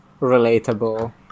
relatable